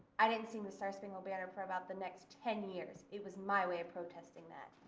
i didn't sing the star-spangled banner for about the next ten years, it was my way of protesting that.